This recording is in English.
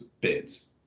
bids